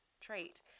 trait